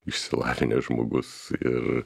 išsilavinęs žmogus ir